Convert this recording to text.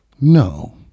No